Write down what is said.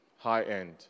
high-end